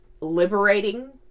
liberating